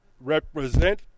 represent